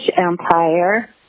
Empire